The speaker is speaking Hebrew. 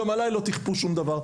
גם עליי לא תכפו שום דבר,